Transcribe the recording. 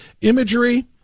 imagery